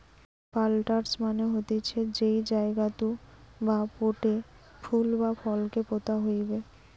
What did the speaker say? planters মানে হতিছে যেই জায়গাতু বা পোটে ফুল বা ফল কে পোতা হইবে